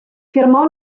fermò